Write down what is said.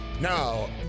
Now